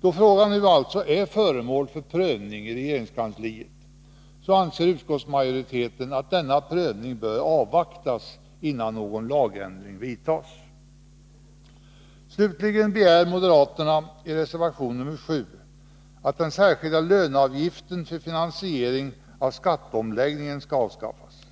Då frågan nu alltså är föremål för prövning i regeringskansliet, bör denna prövning avvaktas innan lagändring vidtas. Slutligen begär moderaterna i reservation 7 att den särskilda löneavgiften för finansiering av skatteomläggningen avskaffas.